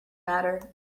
matter